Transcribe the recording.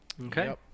Okay